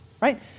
Right